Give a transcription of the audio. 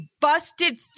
busted